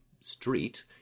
street